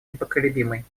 непоколебимой